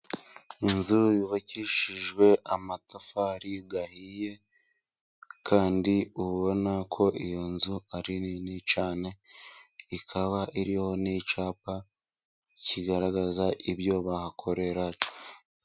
Inzu yubakishijwe amatafari ahiye kandi ubona ko iyo nzu ari nini cyane, ikaba iriho n'icyapa kigaragaza ibyo bahakorera.